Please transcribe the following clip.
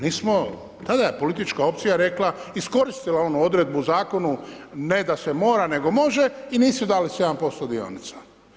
Nismo, tada je politička opcija rekla, iskoristila onu odredbu u Zakonu ne da se mora, nego može i nisu dali 7% dionica.